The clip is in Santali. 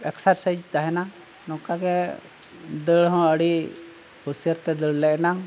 ᱮᱠᱥᱟᱨᱥᱟᱭᱤᱡ ᱛᱟᱦᱮᱱᱟ ᱱᱚᱝᱠᱟ ᱜᱮ ᱫᱟᱹᱲ ᱦᱚᱸ ᱟᱹᱰᱤ ᱩᱥᱟᱹᱨᱟᱛᱮ ᱫᱟᱹᱲ ᱞᱮ ᱮᱱᱟᱝ